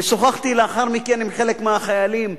שוחחתי לאחר מכן עם חלק מהחיילים.